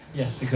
yes, yeah